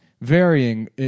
Varying